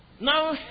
now